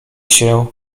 się